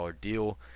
deal